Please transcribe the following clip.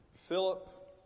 Philip